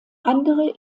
andere